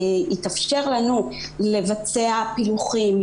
יתאפשר לנו לבצע פילוחים,